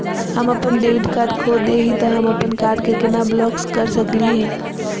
हम अपन debit card खो दे ही, त हम अप्पन कार्ड के केना ब्लॉक कर सकली हे?